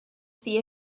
see